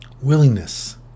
Willingness